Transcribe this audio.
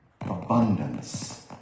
abundance